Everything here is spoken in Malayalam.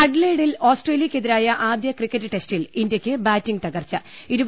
അഡലെയിഡിൽ ഓസ്ട്രേലിക്കെതിരായ ആദ്യ ക്രിക്കറ്റ് ടെസ്റ്റിൽ ഇന്ത്യക്ക് ബാറ്റിങ്ങ് തകർച്ചു